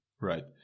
Right